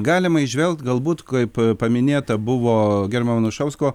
galima įžvelgt galbūt kaip paminėta buvo gerbiamo anušausko